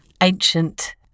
Ancient